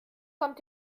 kommt